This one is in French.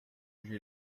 j’ai